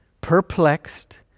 perplexed